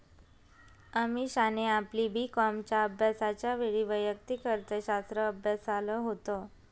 अमीषाने आपली बी कॉमच्या अभ्यासाच्या वेळी वैयक्तिक अर्थशास्त्र अभ्यासाल होत